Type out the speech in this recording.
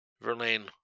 Verlaine